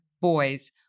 boys